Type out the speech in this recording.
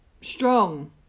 strong